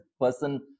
person